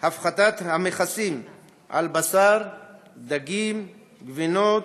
הפחתת המכסים על בשר, דגים, גבינות